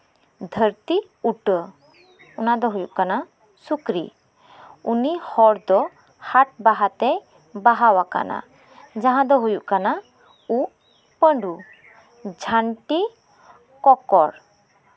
ᱫᱟᱷᱟᱹᱨᱛ ᱩᱴᱟᱹ ᱚᱱᱟ ᱫᱚ ᱦᱩᱭᱩᱜ ᱠᱟᱱᱟ ᱥᱩᱠᱨᱤ ᱩᱱᱤ ᱦᱚᱲ ᱫᱚ ᱦᱟᱴ ᱵᱟᱦᱟ ᱛᱮᱭ ᱵᱟᱦᱟ ᱟᱠᱟᱱᱟ ᱡᱟᱸᱦᱟ ᱫᱚ ᱦᱩᱭᱩᱜ ᱠᱟᱱᱟ ᱩᱵ ᱯᱟᱹᱰᱩ ᱡᱷᱟᱹᱴᱤ ᱠᱚᱠᱚᱨ